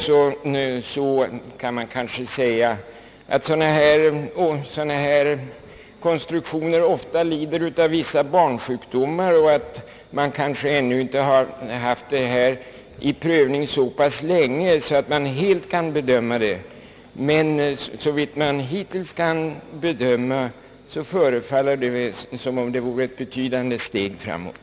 Sådana här konstruktioner lider ofta av vissa barnsjukdomar, och det är möjligt att man inte haft detta hjälpmedel under prövning så länge att man slutgiltigt kan bedöma det, men såvitt man hittills kan bedöma förefaller det som om det innebure ett betydande steg framåt.